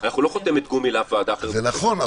אנחנו לא חותמת גומי לוועדה --- זה נכון,